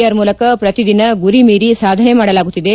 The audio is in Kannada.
ಆರ್ ಮೂಲಕ ಶ್ರತಿದಿನ ಗುರಿ ಮೀರಿ ಸಾಧನೆ ಮಾಡಲಾಗುತ್ತಿದೆ